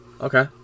okay